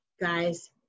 guys